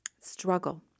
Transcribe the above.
struggle